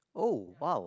oh wow